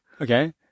Okay